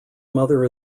mother